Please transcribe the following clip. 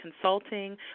consulting